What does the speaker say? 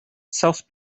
south